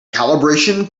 calibration